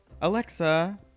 Alexa